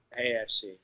AFC